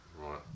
right